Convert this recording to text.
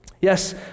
Yes